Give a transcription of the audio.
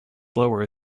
lower